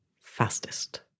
fastest